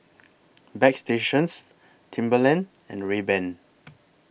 Bagstationz Timberland and Rayban